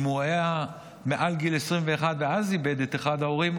אם הוא היה מעל גיל 21 ואז איבד את אחד ההורים,